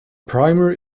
primer